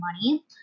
money